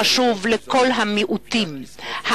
חשובה לכל המיעוטים החיים אלה בצד אלה.